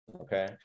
okay